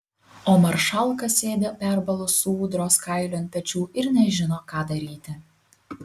o maršalka sėdi perbalus su ūdros kailiu ant pečių ir nežino ką daryti